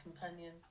companion